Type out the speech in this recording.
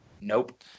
Nope